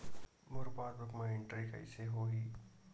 मोर passbook मा entry कइसे होही?